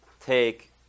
take